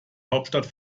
hauptstadt